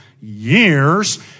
years